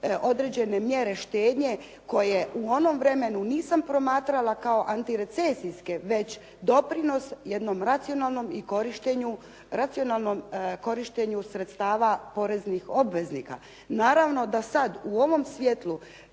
određene mjere štednje koje u onom vremenu nisam promatrala kao antirecesijske već doprinos jednom racionalnom korištenju sredstava poreznih obveznika. Naravno da sad u ovom svjetlu